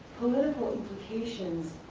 political implications